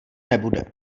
nebude